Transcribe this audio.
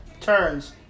turns